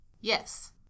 Yes